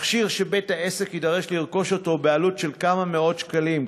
מכשיר שבית העסק יידרש לרכוש אותו בעלות של כמה מאות שקלים.